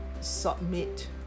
submit